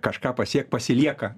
kažką pasiekt pasilieka